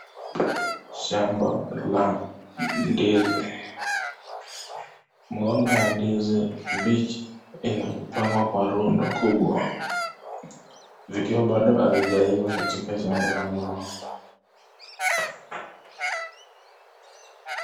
Shamba la ndizi. Mgomba ya ndizi mbichi inapangwa kwa rundo kubwa . Vikiwa bado havijeiva katika shamba la mgomba.